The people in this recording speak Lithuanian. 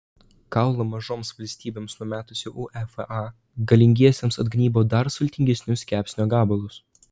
kaulą mažoms valstybėms numetusi uefa galingiesiems atgnybo dar sultingesnius kepsnio gabalus